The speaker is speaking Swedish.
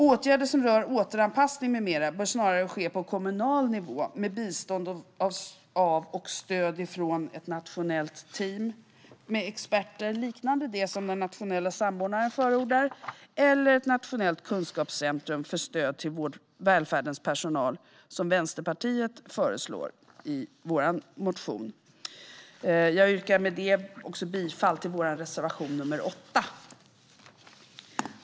Åtgärder som berör återanpassning med mera bör snarare ske på kommunal nivå med bistånd av och stöd från ett nationellt team med experter liknande det som den nationella samordnaren förordar eller genom ett nationellt kunskapscentrum för stöd till välfärdens personal, som Vänsterpartiet föreslår i vår motion. Jag yrkar med detta också bifall till vår reservation nr 8.